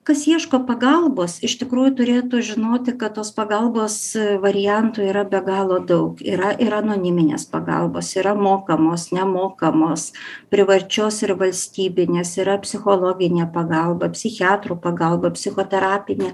kas ieško pagalbos iš tikrųjų turėtų žinoti kad tos pagalbos variantų yra be galo daug yra ir anoniminės pagalbos yra mokamos nemokamos privačios ir valstybinės yra psichologinė pagalba psichiatrų pagalba psichoterapinė